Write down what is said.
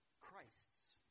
Christs